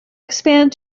expand